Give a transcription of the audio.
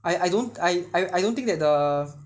I I don't I I don't think that the